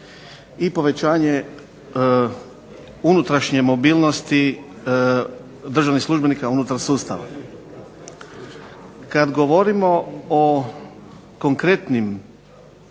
i povećanje unutrašnje mobilnosti državnih službenika unutar sustava. Kad govorimo o konkretnim